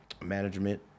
management